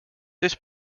this